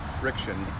friction